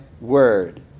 word